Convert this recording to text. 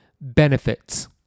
benefits